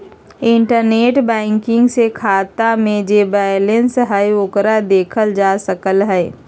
internet banking से खाता में जे बैलेंस हई ओकरा देखल जा सकलई ह